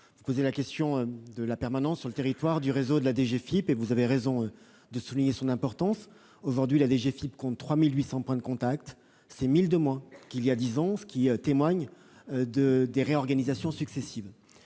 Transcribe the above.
vous posez la question de la permanence sur le territoire du réseau de la DGFiP, dont vous avez raison de souligner l'importance. Aujourd'hui, la DGFiP compte 3 800 points de contact, soit un millier de moins qu'il y a dix ans, ce qui témoigne des réorganisations successives.